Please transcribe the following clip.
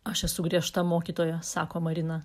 aš esu griežta mokytoja sako marina